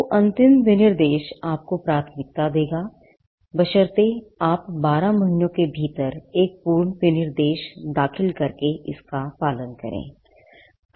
तो अंतिम विनिर्देश की है